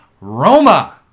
Roma